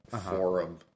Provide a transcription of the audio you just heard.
forum